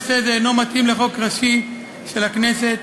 נושא זה אינו מתאים לחוק ראשי של הכנסת,